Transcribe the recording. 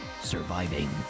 Surviving